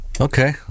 Okay